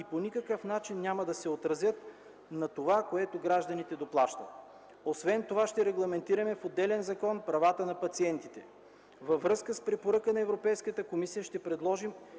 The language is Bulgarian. и по никакъв начин няма да се отразят на това, което гражданите доплащат. Освен това ще регламентираме в отделен закон правата на пациентите. Във връзка с препоръка на Европейската комисия ще предложим